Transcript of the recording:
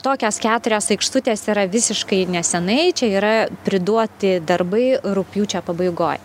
tokios keturios aikštutės yra visiškai nesenai čia yra priduoti darbai rugpjūčio pabaigoj